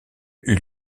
eut